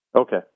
okay